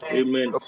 amen